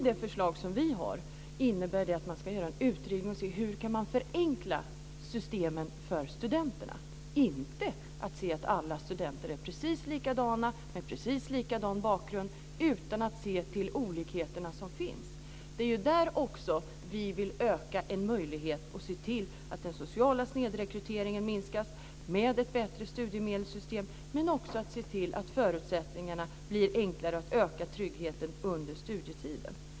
Det förslag som vi har innebär att man ska göra en utredning och se hur man kan förenkla systemen för studenterna; inte se att alla studenter är precis likadana, med precis likadan bakgrund, utan se till de olikheter som finns. Det är också där vi vill öka möjligheten att minska den sociala snedrekryteringen med ett bättre studiemedelssystem men också se till att förutsättningarna blir enklare och att öka tryggheten under studietiden.